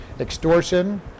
extortion